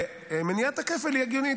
מניעת הכפל היא הגיונית,